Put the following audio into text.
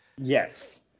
yes